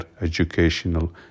educational